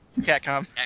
Catcom